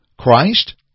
Christ